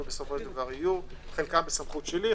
יהיו חלקם בסמכות שלי,